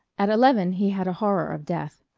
at eleven he had a horror of death.